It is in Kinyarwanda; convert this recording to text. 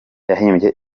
yahimbye